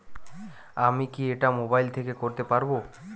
আমি কি এটা মোবাইল থেকে করতে পারবো?